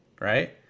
Right